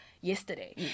yesterday